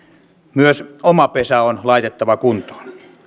myös oma pesä on laitettava kuntoon